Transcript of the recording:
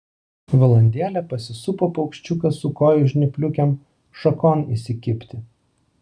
valandėlę pasisupo paukščiukas su kojų žnypliukėm šakon įsikibti